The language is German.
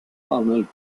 arnold